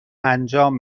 انجام